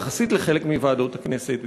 יחסית לחלק מוועדות הכנסת,